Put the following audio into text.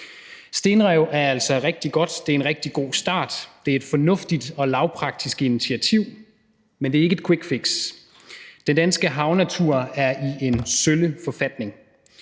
Stenrev er altså rigtig godt, det er en rigtig god start, det er et fornuftigt og lavpraktisk initiativ, men det er ikke et quickfix. Den danske havnatur er i en sølle forfatning.